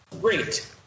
great